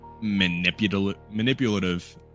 manipulative